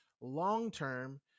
Long-term